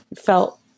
felt